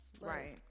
right